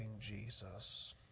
Jesus